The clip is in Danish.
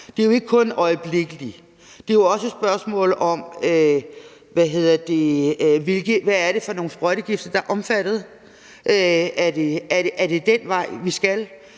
Det er jo ikke kun ordet øjeblikkeligt, det er også et spørgsmål om, hvad det er for nogle sprøjtegifte, der er omfattet, og om det er den vej, vi skal.